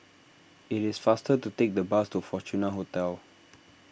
it is faster to take the bus to Fortuna Hotel